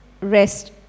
rest